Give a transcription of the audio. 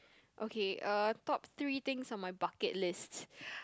okay uh top three things on my bucket list